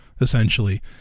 essentially